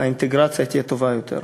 האינטגרציה תהיה טובה יותר.